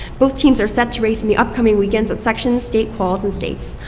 both teams are set to race in the upcoming weekends at sections, state quals, and states.